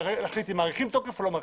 מנת להחליט האם מאריכים את התוקף או לא.